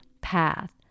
path